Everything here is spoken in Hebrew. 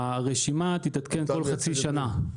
שהרשימה של היבואנים המקבילים תתעדכן בכל חצי שנה.